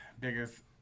biggest